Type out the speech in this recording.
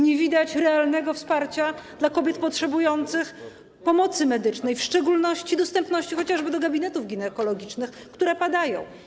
Nie widać realnego wsparcia dla kobiet potrzebujących pomocy medycznej, w szczególności dostępu chociażby do gabinetów ginekologicznych, które padają.